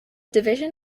division